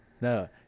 No